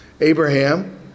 Abraham